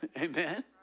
Amen